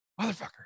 motherfucker